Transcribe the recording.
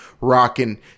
rocking